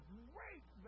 great